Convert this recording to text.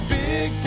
big